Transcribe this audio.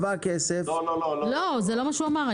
זה לא מה שהוא אמר.